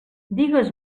digues